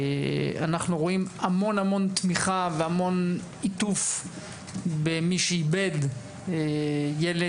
אנחנו רואים המון תמיכה והמון עיטוף במי שאיבד ילד,